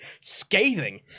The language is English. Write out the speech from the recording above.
Scathing